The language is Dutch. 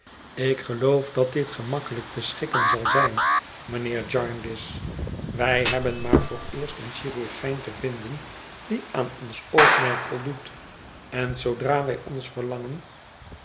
ik geloof dat dit gemakkelijk te schikken zal zijn mijnheer jarndyce wij hebben maar vooreerst een chirurgijn te vinden die aan ons oogmerk voldoet en zoodra wij ons verlangen